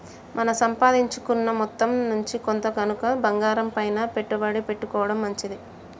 మన సంపాదించుకున్న మొత్తం నుంచి కొంత గనక బంగారంపైన పెట్టుబడి పెట్టుకోడం మంచిది